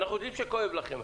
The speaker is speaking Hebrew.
ואנחנו יודעים שכואב לכם.